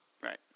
Right